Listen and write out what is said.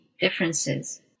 differences